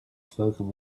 spoken